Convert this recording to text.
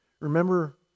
remember